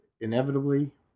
Inevitably